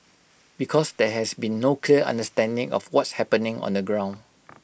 because there has been no clear understanding of what's happening on the ground